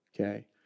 Okay